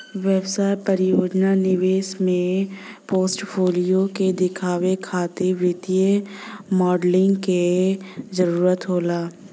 व्यवसाय परियोजना निवेश के पोर्टफोलियो के देखावे खातिर वित्तीय मॉडलिंग क जरुरत होला